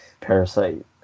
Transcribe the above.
Parasite